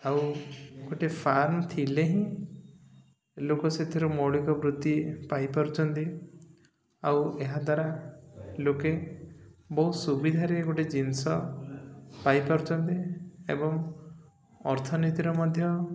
ଆଉ ଗୋଟେ ଫାର୍ମ ଥିଲେ ହିଁ ଲୋକ ସେଥିରୁ ମୌଳିକ ବୃତ୍ତି ପାଇପାରୁଛନ୍ତି ଆଉ ଏହାଦ୍ୱାରା ଲୋକେ ବହୁତ ସୁବିଧାରେ ଗୋଟେ ଜିନିଷ ପାଇପାରୁଛନ୍ତି ଏବଂ ଅର୍ଥନୀତିର ମଧ୍ୟ